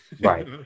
right